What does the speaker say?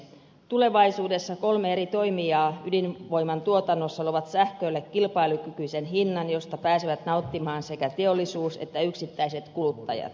tulevaisuudessa kolme eri toimijaa ydinvoiman tuotannossa luovat sähkölle kilpailukykyisen hinnan josta pääsevät nauttimaan sekä teollisuus että yksittäiset kuluttajat